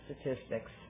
statistics